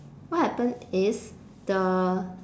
what happen is the